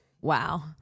wow